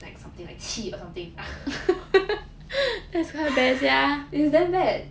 like something like 气 or something it's damn bad